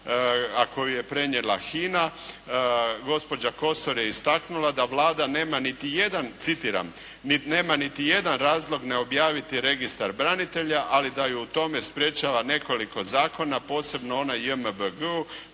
a koju je prenijela HINA, gospođa Kosor je istaknula da Vlada nema niti jedan citiram: "… nema nit jedan razlog ne objaviti registar branitelja, ali da ju u tome sprječava nekoliko zakona, posebno onaj JMBG